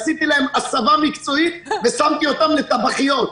עשיתי להם הסבה מקצועית והפכתי אותן לטבחיות.